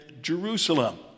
Jerusalem